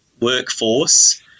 workforce